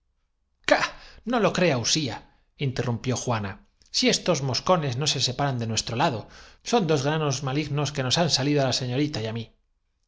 no lo crea usíainterrumpió juana si estos moscones no se separan de nuestro lado son dos gra dejadprosiguió la egregia damaque bese las nos malignos que nos han salido á la señorita y á mí